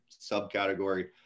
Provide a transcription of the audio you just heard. subcategory